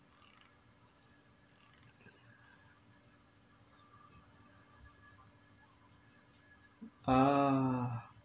ah